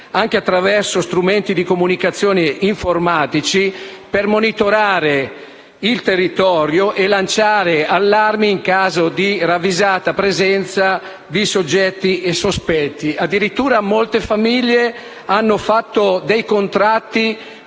anche attraverso strumenti di comunicazione informatici per monitorare il territorio e lanciare allarmi in caso di ravvisata presenza di soggetti sospetti. Addirittura molte famiglie hanno stipulato dei contratti